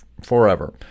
forever